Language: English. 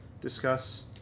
discuss